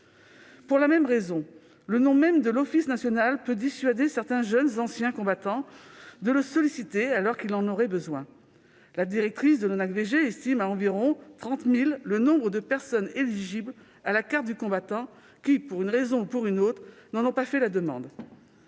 Pour la même raison, le nom même de l'Office national peut dissuader certains jeunes anciens combattants de solliciter l'ONACVG, alors qu'ils en auraient besoin. Sa directrice estime à environ 30 000 le nombre de personnes éligibles à la carte du combattant, mais qui, pour une raison ou une autre, n'en ont pas fait la demande.